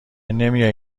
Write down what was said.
نمیایی